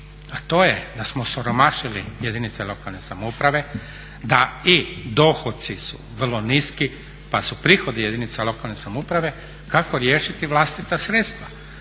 a to je da smo osiromašili jedinice lokalne samouprave, da i dohoci su vrlo niski pa su prihodi jedinica lokalne samouprave kako riješiti vlastita sredstva